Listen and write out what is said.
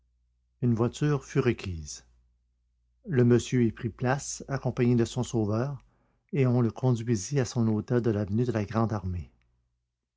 une voiture fut requise le monsieur y prit place accompagné de son sauveur et on le conduisit à son hôtel de l'avenue de la